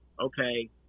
okay